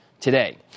today